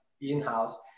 in-house